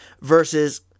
Versus